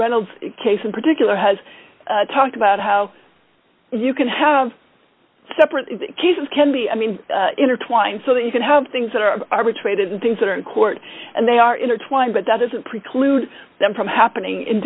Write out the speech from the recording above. reynolds case in particular has talked about how you can have separate cases can be i mean intertwined so that you can have things that are arbitrated and things that are in court and they are intertwined but that doesn't preclude them from happening in